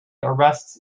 arrests